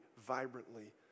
vibrantly